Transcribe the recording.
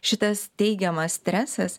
šitas teigiamas stresas